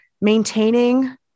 maintaining